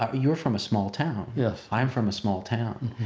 ah you were from a small town. yes. i'm from a small town,